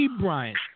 Bryant